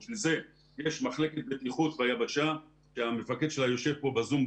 לכן יש מחלקת בטיחות ביבשה שהמפקד שלה יושב כאן ב-זום,